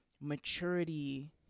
maturity